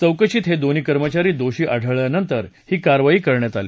चौकशीत हविन्ही कर्मचारी दोषी आढळल्यानंतर ही कारवाई करण्यात आली